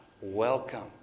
welcome